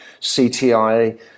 CTI